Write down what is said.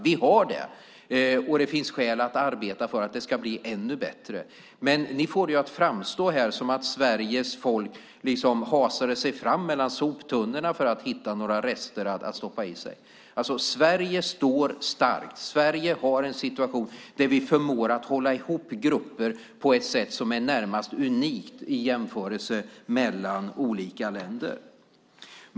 Vi har det, och det finns skäl att arbeta för att det ska bli ännu bättre. Ni får det att framstå som att Sveriges folk hasar sig fram mellan soptunnorna för att hitta några rester att stoppa i sig. Sverige står starkt. Sverige har en situation där vi förmår att hålla ihop grupper på ett sätt som är närmast unikt i jämförelse mellan olika länder.